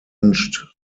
nicht